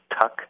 TUCK